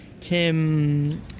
Tim